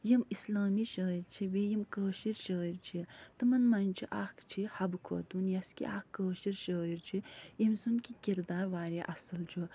یِم اِسلٲمی شٲعر چھِ بیٚیہِ یِم کٲشِرۍ شٲعر چھِ تِمن منٛز چھِ اکھ چھِ حبہٕ خوطوٗن یَس کہِ اکھ کٲشٕر شٲعر چھِ ییٚمہِ سُنٛد کہِ قردار وارِیاہ اَصٕل چھُ